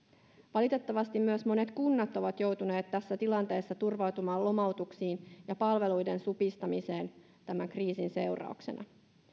valitettavasti myös monet kunnat ovat joutuneet tässä tilanteessa turvautumaan lomautuksiin ja palveluiden supistamiseen tämän kriisin seurauksena